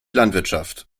landwirtschaft